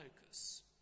focus